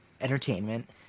entertainment